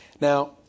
Now